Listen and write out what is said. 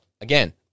again